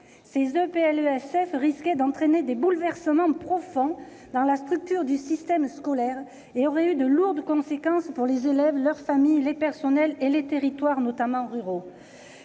Ces EPLESF risquaient d'entraîner des bouleversements profonds dans la structure du système scolaire et auraient eu lourdes conséquences pour les élèves, leurs familles, les personnels et les territoires, notamment ruraux.